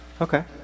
Okay